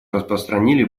распространили